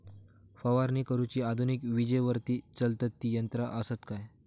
फवारणी करुची आधुनिक विजेवरती चलतत ती यंत्रा आसत काय?